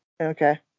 Okay